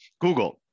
Google